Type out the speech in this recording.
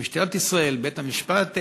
משטרת ישראל, בית-המשפט הישראלי,